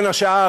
בין השאר,